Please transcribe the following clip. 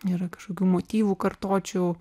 nėra kažkokių motyvų kartočiau